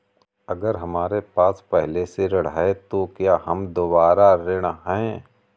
अगर हमारे पास पहले से ऋण है तो क्या हम दोबारा ऋण हैं?